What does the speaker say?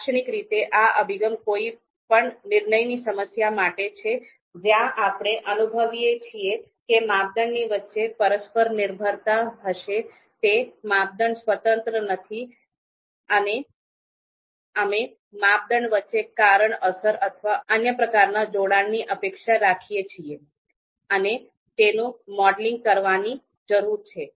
લાક્ષણિક રીતે આ અભિગમ કોઈપણ નિર્ણયની સમસ્યા માટે છે જ્યાં આપણે અનુભવીએ છીએ કે માપદંડની વચ્ચે પરસ્પર નિર્ભરતા હશે તે માપદંડ સ્વતંત્ર નથી અને અમે માપદંડ વચ્ચે કારણ અસર અથવા અન્ય પ્રકારનાં જોડાણની અપેક્ષા રાખીએ છીએ અને તેનું મોડેલિંગ કરવાની જરૂર છે